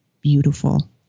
beautiful